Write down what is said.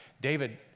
david